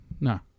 No